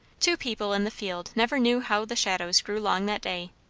two people in the field never knew how the shadows grew long that day.